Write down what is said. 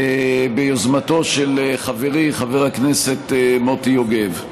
ביוזמתו של חברי חבר הכנסת מוטי יוגב.